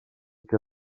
que